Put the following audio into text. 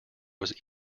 was